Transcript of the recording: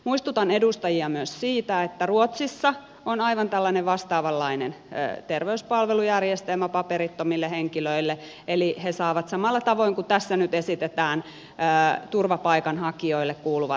muistutan edustajia myös siitä että ruotsissa on aivan tällainen vastaavanlainen terveyspalvelujärjestelmä paperittomille henkilöille eli he saavat samalla tavoin kuin tässä nyt esitetään turvapaikanhakijoille kuuluvat terveyspalvelut